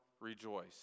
rejoice